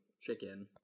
chicken